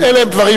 אלה הם דברים,